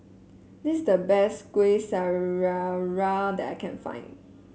this is the best Kuih Syara that I can find